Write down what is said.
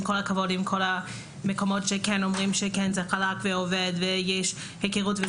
עם כל הכבוד לזה שאומרים שזה עובד וחלק ויש היכרות,